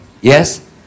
Yes